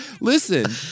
listen